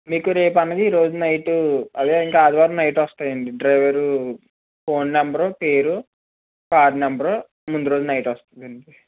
మీకు రేపు అనగా ఈరోజు నైటు అదే ఇంకా ఆదివారం నైట్ వస్తాయి అండి డ్రైవరు ఫోన్ నంబరు పేరు కార్ నంబరు ముందు రోజు నైట్ వస్తుంది అండి